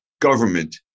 government